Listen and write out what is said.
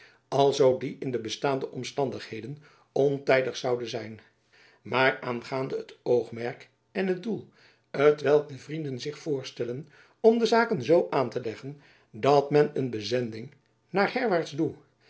alzoo die in de bestaande omstandigheden ontijdig zoude zijn maar aangaande t oogmerk en het doel t welk de vrienden zich voorstellen om de zaken zoo aan te leggen dat men een bezending naar herwaarts doe